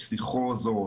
הפסיכוזות,